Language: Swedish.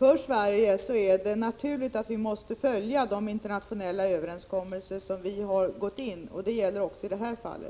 Herr talman! Sverige måste naturligtvis följa de internationella överenskommelser som gjorts, och det gäller också i detta fall.